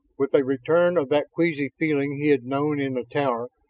with a return of that queasy feeling he had known in the tower,